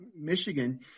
Michigan